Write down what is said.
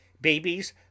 Babies